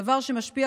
דבר שמשפיע,